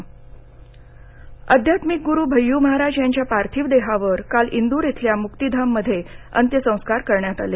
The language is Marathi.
अंत्यसंस्कारः आध्यात्मिक ग्रू भय्य् महाराज यांच्या पार्थिव देहावर काल इंदूर इथल्या म्क्तिधाममध्ये अंत्यसंस्कार करण्यात आले